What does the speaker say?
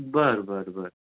बरं बरं बरं